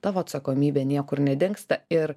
tavo atsakomybė niekur nedingsta ir